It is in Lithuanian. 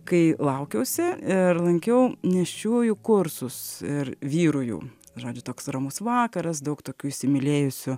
kai laukiausi ir lankiau nėščiųjų kursus ir vyrų jų žodžiu toks ramus vakaras daug tokių įsimylėjusių